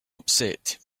upset